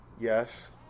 Yes